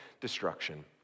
destruction